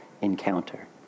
encounter